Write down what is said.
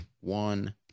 one